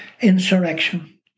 insurrection